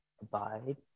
abide